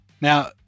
Now